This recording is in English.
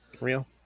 real